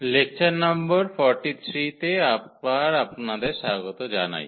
lecture number 43 তে আবার আপনাদের স্বাগত জানাই